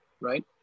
right